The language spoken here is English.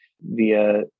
via